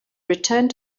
returned